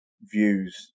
views